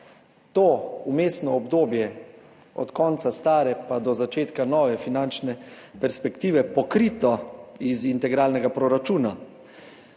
to vmesno obdobje od konca stare pa do začetka nove finančne perspektive pokrito iz integralnega proračuna,